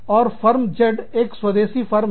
तथा firm Z एक स्वदेशी फर्म है